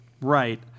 Right